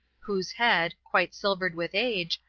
whose head, quite silvered with age,